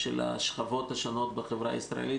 של השכבות השונות בחברה הישראלית.